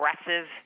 aggressive